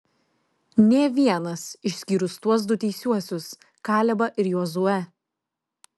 nė vienas išskyrus tuos du teisiuosius kalebą ir jozuę